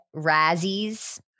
Razzies